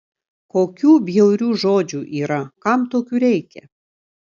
kokių bjaurių žodžių yra kam tokių reikia